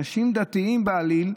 אנשים דתיים בעליל,